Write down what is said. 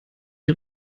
die